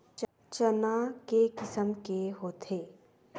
चना के किसम के होथे?